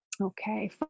Okay